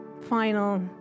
final